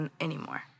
anymore